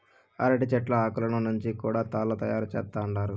అరటి చెట్ల ఆకులను నుంచి కూడా తాళ్ళు తయారు చేత్తండారు